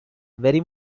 very